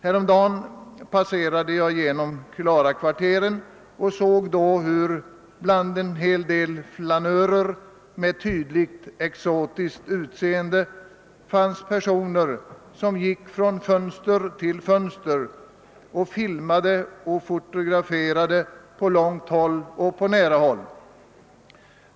Häromdagen passerade jag genom Klarakvarteren och såg då hur det bland en hel del flanörer med tydligt exotiskt utseende fanns personer som gick från fönster till fönster och filmade och fotograferade, på långt håll och på nära håll.